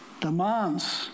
Demands